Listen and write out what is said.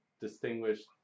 distinguished